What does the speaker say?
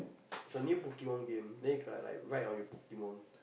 it's a new Pokemon game then you can like like ride on your Pokemon